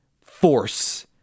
force